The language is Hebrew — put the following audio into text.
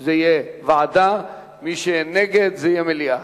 זה יהיה ועדה, ומי שיהיה נגד, זה יהיה מליאה.